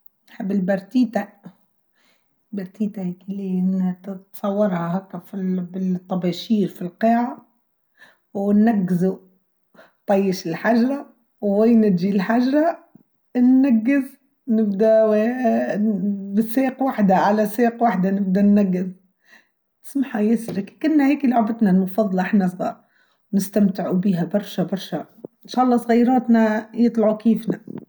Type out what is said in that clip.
نحب بتيدا بتيدا يكلينا تتصورها هكا في بالطباشير في القاعه ونجزو طيش الحجرة ووين تجي الحجرة نجز نبدو بالسيق واحدة على سيق واحدة نبدأ نجز سمحنا ياسر كنا هيك لعبتنا المفضله واحنا صغار نستمتعوا بيها برشا برشا ان شاء الله صغيراتنا يطلعوا كيفنا.